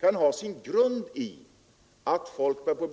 Jag undrar om inte detta köpmotstånd till en del kan ha sin grund i att folk börjar tröttna